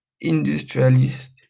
industrialist